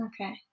okay